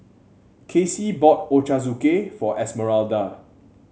Kacey bought Ochazuke for Esmeralda